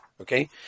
Okay